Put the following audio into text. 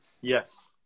yes